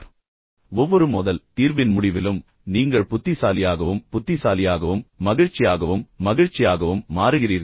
நினைவில் கொள்ளுங்கள் ஒவ்வொரு மோதல் தீர்வின் முடிவிலும் நீங்கள் புத்திசாலியாகவும் புத்திசாலியாகவும் மகிழ்ச்சியாகவும் மகிழ்ச்சியாகவும் மாறுகிறீர்கள்